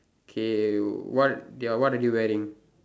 K what they are what are they wearing